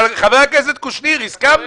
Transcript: אבל חבר הכנסת קושניר, הסכמנו.